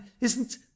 Isn't—